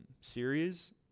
series